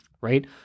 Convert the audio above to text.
right